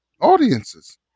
audiences